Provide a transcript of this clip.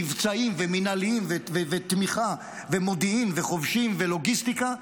מבצעיים ומינהליים ותמיכה ומודיעין ולוגיסטיקה.